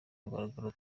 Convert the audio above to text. mugaragaro